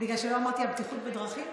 בגלל שלא אמרתי הבטיחות בדרכים?